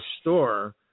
store